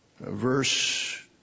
Verse